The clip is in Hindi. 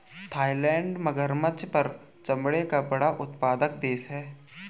थाईलैंड मगरमच्छ पर चमड़े का बड़ा उत्पादक देश है